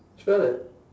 try like